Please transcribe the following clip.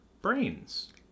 brains